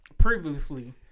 Previously